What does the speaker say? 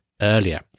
earlier